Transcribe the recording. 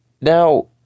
now